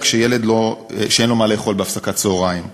כשלילד אין מה לאכול בהפסקת הצהריים,